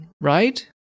right